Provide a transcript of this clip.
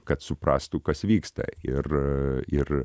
kad suprastų kas vyksta ir ir